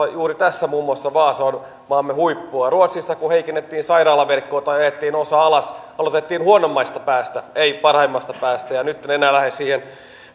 ja juuri tässä muun muassa vaasa on maamme huippua ruotsissa kun heikennettiin sairaalaverkkoa tai ajettiin osa alas aloitettiin huonoimmasta päästä ei parhaimmasta päästä ja nyt en enää lähde siihen